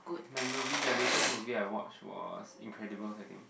my movie that latest movie I watched was Incredible I think